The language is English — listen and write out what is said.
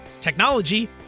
technology